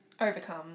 Overcome